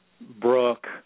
Brooke